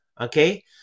okay